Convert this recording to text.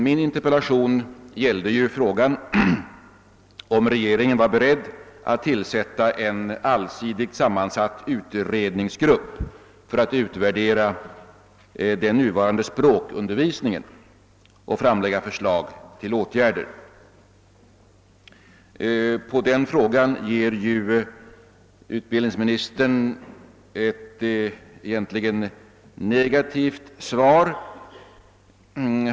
Min interpellation gällde frågan om huruvida rege ringen var beredd att tillsätta en allsidigt sammansatt utredningsgrupp för att utvärdera den nuvarande språkundervisningen och framlägga förslag till åtgärder. På den frågan ger utbildningsministern egentligen ett negativt svar.